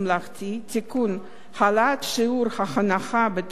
העלאת שיעור ההנחה בתרופות לניצולי שואה)